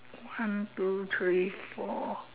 one two three four